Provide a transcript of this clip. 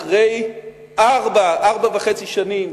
אחרי ארבע וחצי שנים